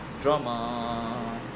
Drama